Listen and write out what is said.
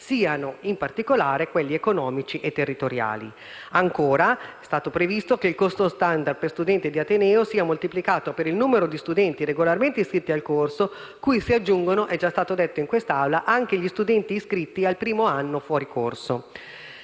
siano in particolare quelli «economici e territoriali». Ancora, è stato previsto che il costo *standard* per studente di ateneo sia moltiplicato per il numero di studenti regolarmente iscritti al corso di studio, cui si aggiungono, come è già stato detto in quest'Aula, anche gli studenti iscritti al primo anno fuori corso.